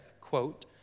quote